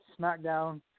SmackDown